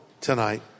tonight